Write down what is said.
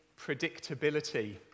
predictability